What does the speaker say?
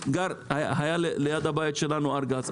ליד הבית שלנו היה ארגז.